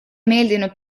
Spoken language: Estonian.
meeldinud